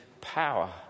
power